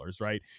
right